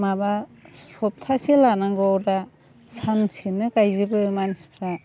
माबा सफ्थासे लानांगौआव दा सानसेनो गायजोबो मानसिफ्रा